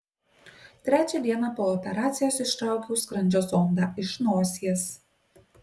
trečią dieną po operacijos ištraukiau skrandžio zondą iš nosies